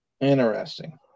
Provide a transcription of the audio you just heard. Interesting